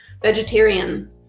vegetarian